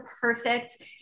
perfect